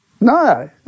no